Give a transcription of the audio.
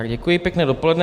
Děkuji, pěkné dopoledne.